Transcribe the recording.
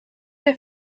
they